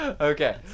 Okay